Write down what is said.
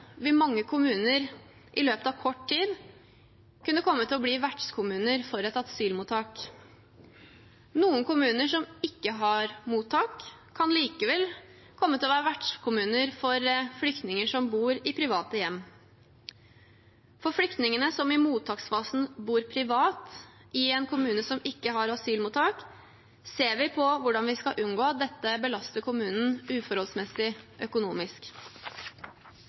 vil mange kommuner i løpet av kort tid kunne komme til å bli vertskommune for et asylmottak. Noen kommuner som ikke har mottak, kan likevel komme til å være vertskommune for flyktninger som bor i private hjem. For flyktningene som i mottaksfasen bor privat i en kommune som ikke har asylmottak, ser vi på hvordan vi skal unngå at dette belaster kommunen uforholdsmessig økonomisk.